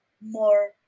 more